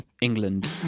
england